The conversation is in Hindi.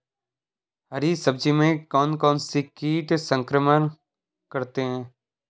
हरी सब्जी में कौन कौन से कीट संक्रमण करते हैं?